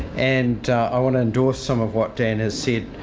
and i want to endorse some of what dan has said.